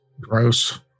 Gross